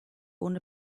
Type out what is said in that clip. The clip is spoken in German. ohne